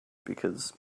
because